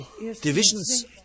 divisions